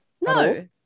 No